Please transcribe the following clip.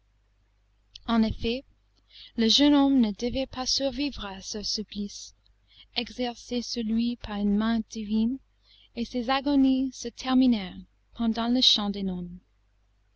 en effet le jeune homme ne devait pas survivre à ce supplice exercé sur lui par une main divine et ses agonies se terminèrent pendant le chant des nonnes